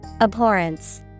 abhorrence